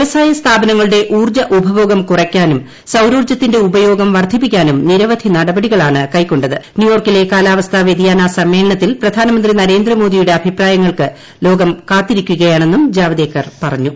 വ്യവസായ സ്ഥാപനങ്ങളുടെ ഊർജ്ജ ഉപഭോഗം കുറയ്ക്കാനും സൌരോർജ്ജത്തിന്റെ ഉപയോഗം വർധിപ്പിക്കാനും നിരവധി നടപടികളാണ് കൈക്കൊണ്ടത് ന്യൂയോർക്കിലെ കാലാവസ്ഥാ വ്യതിയാന സമ്മേളനത്തിൽ പ്രധാനമന്ത്രി നരേന്ദ്രമോദിയുടെ അഭിപ്രായങ്ങൾക്ക് ലോകം കാത്തിരിക്കുകയാണെന്നും ജാവ്ദേക്കർ പറഞ്ഞു